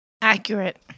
accurate